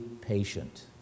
patient